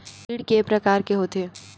ऋण के प्रकार के होथे?